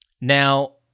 Now